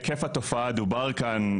היקף התופעה דובר כאן,